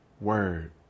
Word